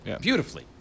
Beautifully